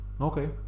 Okay